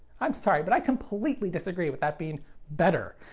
i'm sorry, but i completely disagree with that being better.